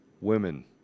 women